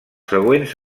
següents